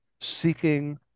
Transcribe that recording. seeking